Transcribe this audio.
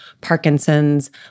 Parkinson's